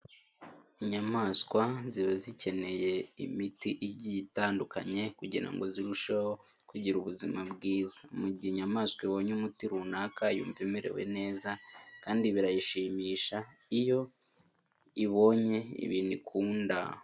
Inyamaswa ziba zikeneye imiti igiye itandukanye kugira ngo zirusheho kugira ubuzima bwiza, mu mugihe inyamaswa ibonye umuti runaka yumva imerewe neza kandi birayishimisha iyo ibonye ibintu ikunda.